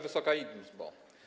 Wysoka Izbo!